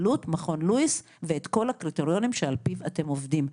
פעילות מכון לואיס ואת כל הקריטריונים שעל-פיהם אתם עובדים.